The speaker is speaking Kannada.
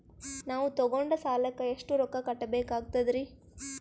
ನಾವು ತೊಗೊಂಡ ಸಾಲಕ್ಕ ಎಷ್ಟು ರೊಕ್ಕ ಕಟ್ಟಬೇಕಾಗ್ತದ್ರೀ?